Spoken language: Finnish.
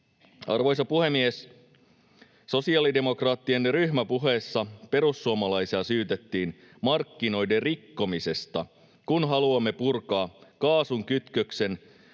Arvoisa puhemies! Sosiaalidemokraattien ryhmäpuheessa perussuomalaisia syytettiin markkinoiden rikkomisesta, kun haluamme purkaa kaasun kytköksen